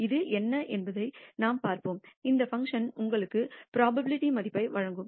அது என்ன என்பதை நாம் பார்ப்போம் இந்த பங்க்ஷன் உங்களுக்கு புரோபாபிலிடி மதிப்பை வழங்கும்